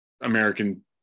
American